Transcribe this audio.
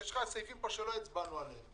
יש לך סעיפים שלא הצבענו עליהם.